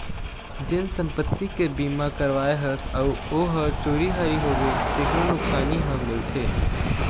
जेन संपत्ति के बीमा करवाए हस अउ ओ ह चोरी हारी होगे तेखरो नुकसानी ह मिलथे